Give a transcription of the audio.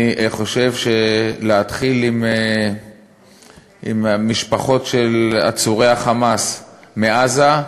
אני חושב שלהתחיל עם משפחות של עצורי ה"חמאס" מעזה,